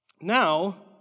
Now